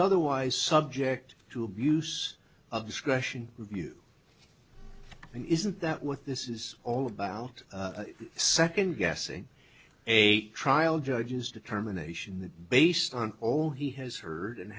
otherwise subject to abuse of discretion view and isn't that what this is all about second guessing a trial judge's determination that based on all he has heard and